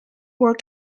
were